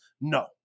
No